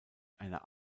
einer